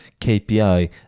KPI